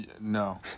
No